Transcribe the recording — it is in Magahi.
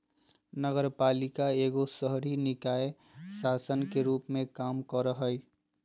नगरपालिका एगो शहरी निकाय शासन के रूप मे काम करो हय